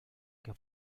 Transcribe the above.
que